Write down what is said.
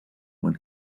when